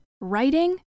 writing